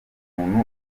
umuntu